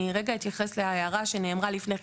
אני רגע אתייחס להערה שנאמרה לפני כן.